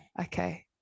okay